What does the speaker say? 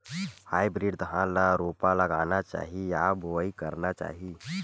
Hybrid धान ल रोपा लगाना चाही या बोआई करना चाही?